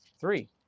Three